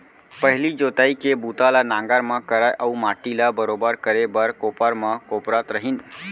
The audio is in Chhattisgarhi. पहिली जोतई के बूता ल नांगर म करय अउ माटी ल बरोबर करे बर कोपर म कोपरत रहिन